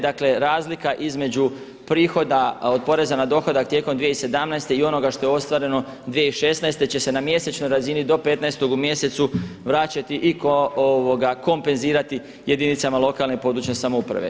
Dakle razlika između prihoda od poreza na dohodak tijekom 2017. i onoga što je ostvareno 2016. će se na mjesečnoj razini do 15. u mjesecu vraćati i kompenzirati jedinice lokalne i područne samouprave.